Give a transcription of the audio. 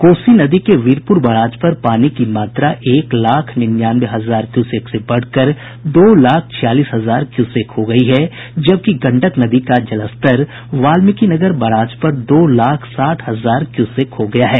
कोसी नदी के वीरपुर बराज पर पानी की मात्रा एक लाख निन्यानवे हजार क्यूसेक से बढ़कर दो लाख छियालीस हजार क्यूसेक हो गयी है जबकि गंडक नदी का जलस्तर वाल्मिकी नगर बराज पर दो लाख साठ हजार क्यूसेक हो गया है